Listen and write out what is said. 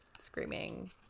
screaming